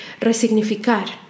resignificar